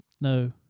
No